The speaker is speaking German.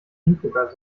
hingucker